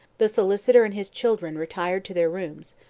the solicitor and his children retired to their rooms,